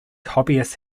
hobbyists